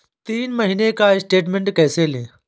तीन महीने का स्टेटमेंट कैसे लें?